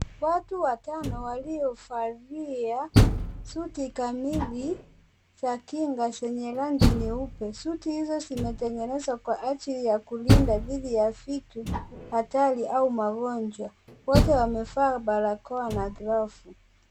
Watu watano waliovalia suti kamili za kinga zenye rangi nyeupe, suti hizo zimetengenezwa kwa ajili ya kulinda dhidi ya vitu hatari au magonjwa, wote wamevaa barakoa na glovu.